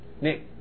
Nick